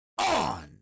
On